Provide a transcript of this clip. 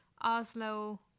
Oslo